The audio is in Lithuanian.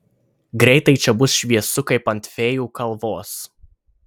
greitai čia bus šviesu kaip ant fėjų kalvos